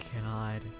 God